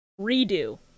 redo